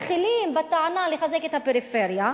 מתחילים בטענה של חיזוק הפריפריה,